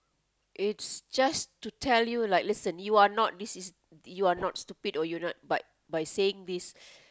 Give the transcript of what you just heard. it's just to tell you like listen you are not this is you are not stupid or you're not but by saying this